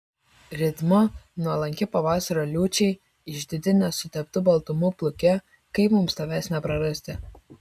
ritmu nuolanki pavasario liūčiai išdidi nesuteptu baltumu pluke kaip mums tavęs neprarasti